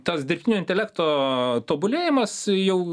tas dirbtinio intelekto tobulėjimas jau